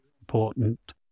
important